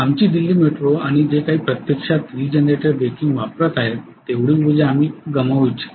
आमची दिल्ली मेट्रो आणि जे काही प्रत्यक्षात रीजनरेटर ब्रेकिंग वापरत आहेत तेवढी ऊर्जा आम्ही गमावू इच्छित नाही